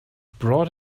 brought